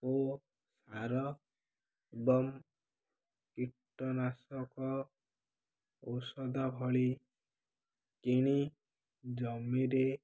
ଓ ସାର ଏବଂ କୀଟନାଶକ ଔଷଧ ଭଳି କିଣି ଜମିରେ